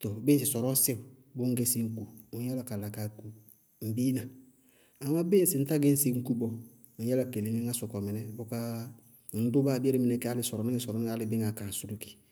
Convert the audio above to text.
Tɔɔ bíɩ ŋsɩ sɔrɔɔ sɩwʋʋ ñŋ ŋñ gɛ sɩ ñku, ŋñyála ká la ká a ku, ŋ biina. Amá bíɩ ŋsɩ ŋtáa gɛ sɩ ñku bɔɔ, ŋñ yála ká yele ŋɛ ŋá sɔkɔ mɩnɛ, bʋká ŋñ dʋ báa abéé re mɩnɛ ká le sɔrɔníŋɛ sɔrɔníŋɛ abéé bɩɩ ŋa káá sʋrʋʋ kíɩ.